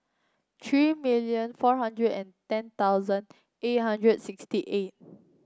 three million four hundred and ten thousand eight hundred sixty eight